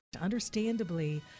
understandably